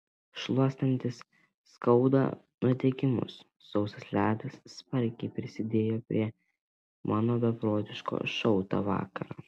šluostantis skauda nudegimus sausas ledas smarkiai prisidėjo prie mano beprotiško šou tą vakarą